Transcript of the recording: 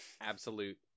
absolute